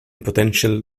potential